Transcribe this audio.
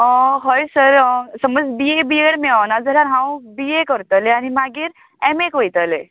होय सर समज B A B Ed मेळोना जाल्यार हांव बी ए करतलें आनी मागीर एम एक वयतलें